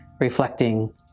reflecting